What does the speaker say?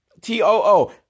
T-O-O